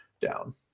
down